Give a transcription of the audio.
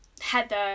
Heather